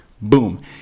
Boom